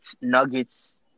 Nuggets